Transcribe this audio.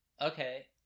Okay